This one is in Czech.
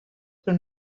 pro